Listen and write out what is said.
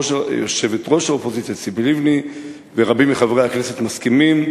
ציפי לבני ורבים מחברי הכנסת מסכימים,